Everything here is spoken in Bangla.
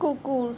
কুকুর